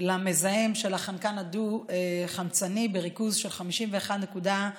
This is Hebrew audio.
למזהם של החנקן הדו-חמצני בריכוז של 51.5